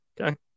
Okay